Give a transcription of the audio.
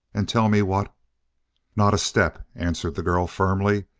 and tell me what not a step, answered the girl firmly,